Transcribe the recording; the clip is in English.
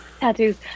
Tattoos